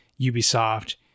ubisoft